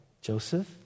joseph